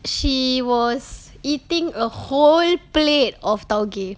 she was eating a whole plate of tauge